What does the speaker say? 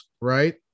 Right